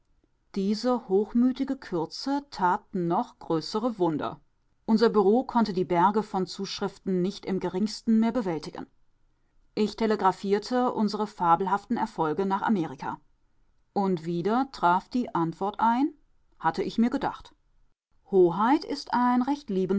diese hochmütige kürze tat noch größere wunder unser büro konnte die berge von zuschriften nicht im geringsten mehr bewältigen ich telegraphierte unsere fabelhaften erfolge nach amerika und wieder traf die antwort ein hatte ich mir gedacht hoheit ist